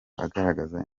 agaragaza